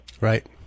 Right